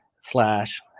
slash